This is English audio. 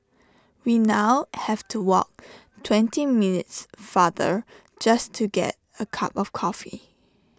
we now have to walk twenty minutes farther just to get A cup of coffee